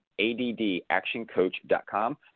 addactioncoach.com